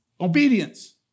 Obedience